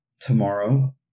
Tomorrow